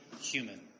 human